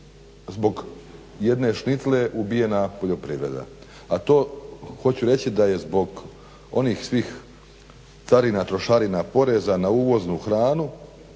zbog jedne šnicle ubijena poljoprivreda, a to hoću reći da je zbog onih svih carina, trošarina, poreza na uvoznu hranu